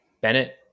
bennett